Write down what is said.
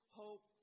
hope